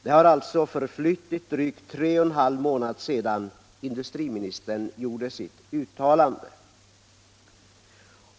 Det har förflutit drygt tre och en halv månad sedan industriministern gjorde sitt uttalande.